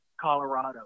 Colorado